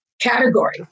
Category